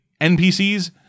NPCs